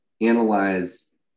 analyze